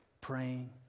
praying